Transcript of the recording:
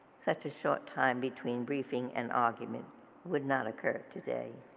such a short time between briefing and arguments would not occur today